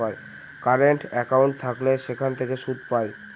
current account থাকলে সেখান থেকে সুদ পায়